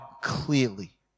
clearly